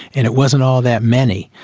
and it wasn't all that many.